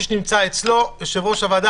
מבקש לדבר,